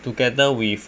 together with